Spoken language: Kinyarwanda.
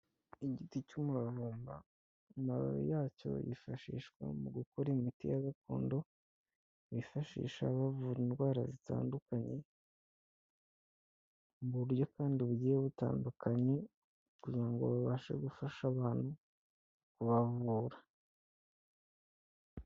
Igiti cy'umuravumba amababi yacyo yifashishwa mu gukora imiti ya gakondo; bifashisha bavura indwara zitandukanye mu buryo kandi bugiye butandukanye; kugira ngo babashe gufasha abantu kubavura.